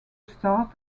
start